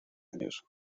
años